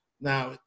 Now